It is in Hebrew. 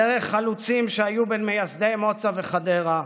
דרך חלוצים שהיו בין מייסדי מוצא וחדרה,